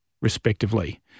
respectively